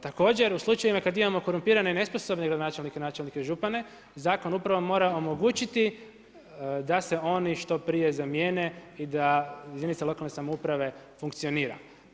Također u slučajevima kad imamo korumpirane i nesposobne gradonačelnike, načelnike i župane, zakon upravo mora omogućiti, da se oni što prije zamjene i da jedinica lokalne samouprave funkcionira.